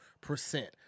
percent